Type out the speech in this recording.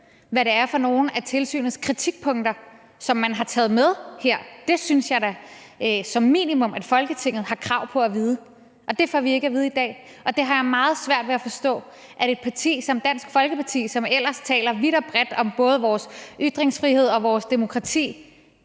hvad det er for nogen af tilsynets kritikpunkter, som man har taget med her. Det synes jeg da som minimum Folketinget har krav på at vide, men det får vi ikke at vide i dag. Jeg har meget svært ved at forstå, at et parti som Dansk Folkeparti, som ellers taler vidt og bredt om både vores ytringsfrihed og vores demokrati,